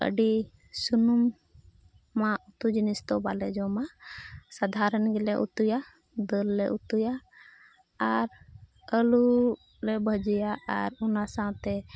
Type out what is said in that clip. ᱟᱹᱰᱤ ᱥᱩᱱᱩᱢᱟᱜ ᱩᱛᱩ ᱡᱤᱱᱤᱥ ᱫᱚ ᱵᱟᱞᱮ ᱡᱚᱢᱟ ᱥᱟᱫᱷᱟᱨᱚᱱ ᱜᱮᱞᱮ ᱩᱛᱩᱭᱟ ᱫᱟᱹᱞ ᱞᱮ ᱩᱛᱩᱭᱟ ᱟᱨ ᱟᱹᱞᱩ ᱞᱮ ᱵᱷᱟᱹᱡᱤᱭᱟ ᱟᱨ ᱚᱱᱟ ᱥᱟᱶᱛᱮ